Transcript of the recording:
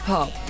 Pop